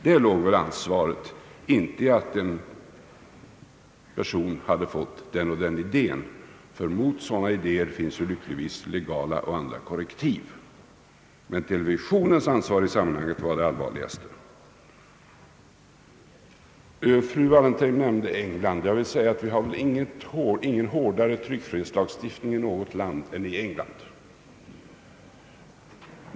Därvidlag är det väl inte det allvarligaste att en person hade fått den här idén, ty mot sådana idéer finns det lyckligtvis legala och andra korrektiv, utan TV:s agerande i sammanhanget är det verkligt allvarliga. Fru Wallentheim nämnde England. Det finns väl inte hårdare tryckfrihetslagstiftning i något land än i England.